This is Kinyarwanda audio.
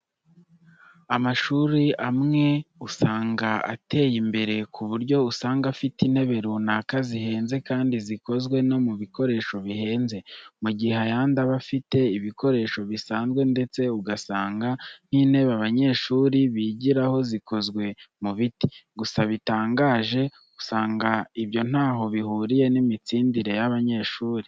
Amashuri amwe usanga ateye imbere ku buryo usanga afite intebe runaka zihenze kandi zikozwe no mu bikoresho bihenze, mu gihe ayandi aba afite ibikoresho bisanzwe ndetse ugasanga nk'intebe abanyeshuri bigiraho zikozwe mu biti. Gusa igitangaje usanga ibyo ntaho bihuriye n'imitsindire y'abanyeshuri.